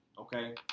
Okay